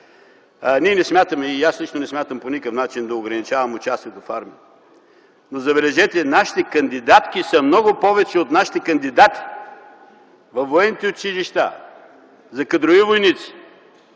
Ние не смятаме, и аз лично не смятам по никакъв начин да ограничавам участието в армията. Но, забележете, нашите кандидатки са много повече от нашите кандидати във военните училища за кадрови войници!